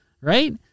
right